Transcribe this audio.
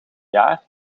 jaar